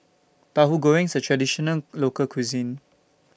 Tahu Goreng IS A Traditional Local Cuisine